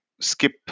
skip